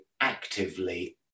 actively